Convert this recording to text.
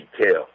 detail